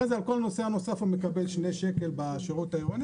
ואחרי כן על כל נוסע נוסף הוא מקבל שני שקלים בשירות העירוני,